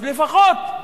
אז לפחות,